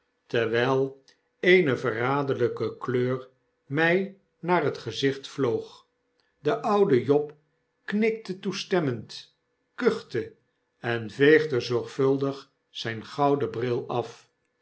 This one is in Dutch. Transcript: terwijl eene verraderltjke kleur my naar het gezicht vloog de oude job knikte toestemmend kuchte en veegde zorgvuldig zjjn gouden bril af